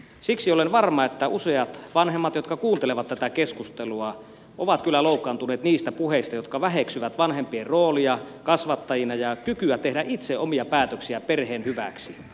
siksi olen varma että useat vanhemmat jotka kuuntelevat tätä keskustelua ovat kyllä loukkaantuneet niistä puheista jotka väheksyvät vanhempien roolia kasvattajina ja kykyä tehdä itse omia päätöksiä perheen hyväksi